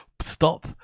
stop